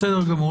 בסדר גמור.